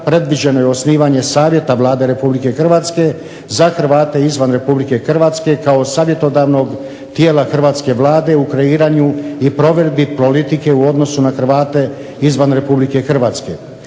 predviđeno je osnivanje Savjeta Vlade Republike Hrvatske za Hrvate izvan Republike Hrvatske kao savjetodavnog tijela hrvatske Vlade u kreiranju i provedbi politike u odnosu na Hrvate izvan Republike Hrvatske.